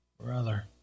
brother